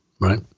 right